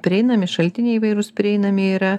prieinami šaltiniai įvairūs prieinami yra